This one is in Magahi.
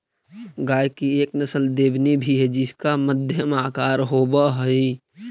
गाय की एक नस्ल देवनी भी है जिसका मध्यम आकार होवअ हई